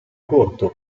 corto